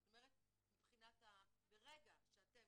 זאת אומרת ברגע שאתם,